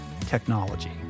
technology